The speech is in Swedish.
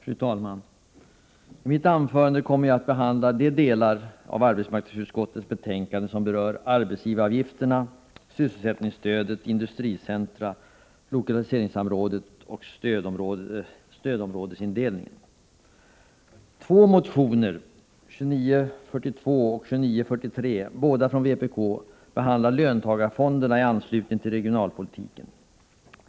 Fru talman! I mitt anförande kommer jag att behandla de delar av arbetsmarknadsutskottets betänkande som berör arbetsgivaravgifterna, sysselsättningsstödet, industricentra, lokaliseringssamrådet och stödområdesindelningen. Två motioner — 2942 och 2943, båda från vpk — behandlar löntagarfonderna i anslutning till regionalpolitiken.